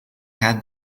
had